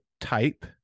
type